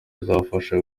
izabafasha